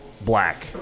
Black